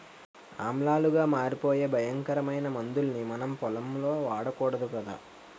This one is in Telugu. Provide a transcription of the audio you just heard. ఆమ్లాలుగా మారిపోయే భయంకరమైన మందుల్ని మనం పొలంలో వాడకూడదు కదా